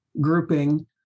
grouping